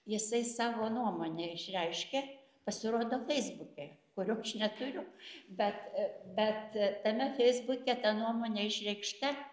jisai savo nuomonę išreiškia pasirodo feisbuke kurio aš neturiu bet bet tame feisbuke ta nuomonė išreikšta